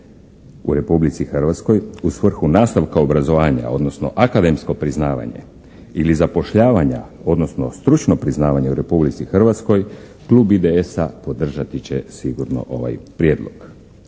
u Republici Hrvatskoj u svrhu nastavka obrazovanja, odnosno akademsko priznavanje ili zapošljavanja, odnosno stručno priznavanje u Republici Hrvatskoj klub IDS-a podržati će sigurno ovaj prijedlog.